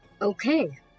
Okay